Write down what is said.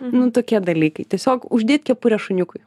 nu tokie dalykai tiesiog uždėt kepurę šuniukui